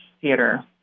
theater